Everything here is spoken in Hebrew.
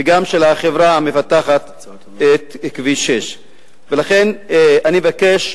וגם לא של החברה המפתחת את כביש 6. ולכן אני מבקש,